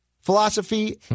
philosophy